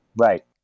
Right